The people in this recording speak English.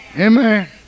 Amen